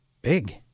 big